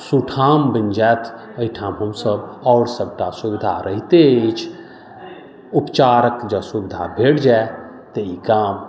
सुठाम बनि जायत अहिठाम ओसभ आओर सभटा सुविधा रहिते अछि उपचारक जँ सुविधा भेट जाय तऽ ई गाम